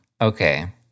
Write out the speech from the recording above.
Okay